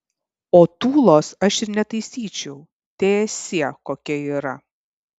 o tūlos aš ir netaisyčiau teesie kokia yra